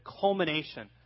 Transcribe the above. culmination